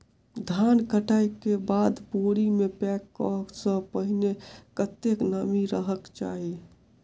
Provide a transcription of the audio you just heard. धान कटाई केँ बाद बोरी मे पैक करऽ सँ पहिने कत्ते नमी रहक चाहि?